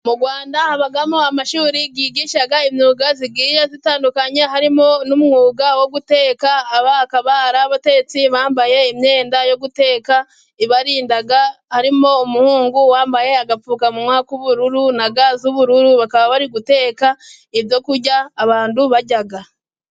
Mu Rwanda habamo amashuri yigisha imyuga igiye itandukanye harimo n'umwuga wo guteka. Aba bakaba ari abatetsi bambaye imyenda yo guteka ibarinda . Harimo umuhungu wambaye agapfukanwa k'ubururu na ga z'ubururu . Bakaba bari guteka ibyo kurya abantu barya.